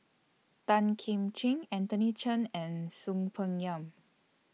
Tan Kim Ching Anthony Chen and Soon Peng Yam